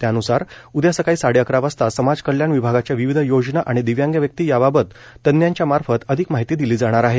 त्यान्सार उद्या सकाळी साडेअकरा वाजता समाज कल्याण विभागाच्या विविध योजना आणि दिव्यांग व्यक्ती याबाबत तज्ञांच्या मार्फत अधिक माहिती दिली जाणार आहे